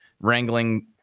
wrangling